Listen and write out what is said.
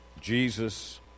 Jesus